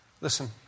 Listen